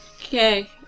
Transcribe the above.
Okay